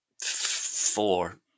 Four